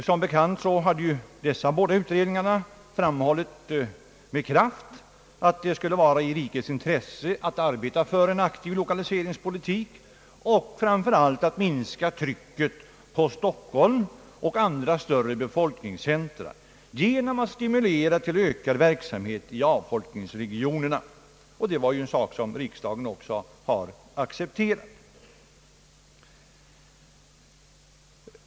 Som bekant hade dessa båda utredningar framhållit med kraft, att det skulle vara i rikets intresse att arbeta för en aktiv lokaliseringspolitik och framför allt att minska trycket på Stockholm och andra större befolkningscentra genom att stimulera till ökad verksamhet i avfolkningsregionerna. Det är ju en sak som riksdagen också har accepterat.